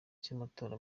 cy’amatora